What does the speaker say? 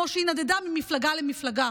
כמו שהיא נדדה ממפלגה למפלגה.